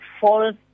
false